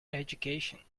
education